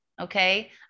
okay